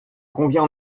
convient